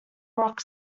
rock